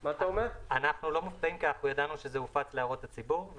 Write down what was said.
אנחנו לא מופתעים כי ידענו שזה הופץ להערות הציבור,